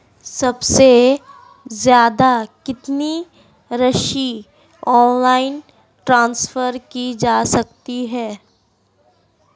सबसे ज़्यादा कितनी राशि ऑनलाइन ट्रांसफर की जा सकती है?